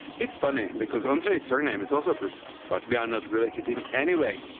it's funny, because ondrej's surname is also prusa, but we are not related in any way.